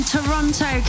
Toronto